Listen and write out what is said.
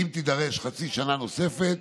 ואם תידרש חצי שנה נוספת,